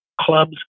clubs